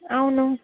అవును